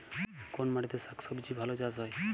কোন মাটিতে শাকসবজী ভালো চাষ হয়?